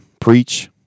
Preach